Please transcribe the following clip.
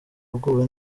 aguwe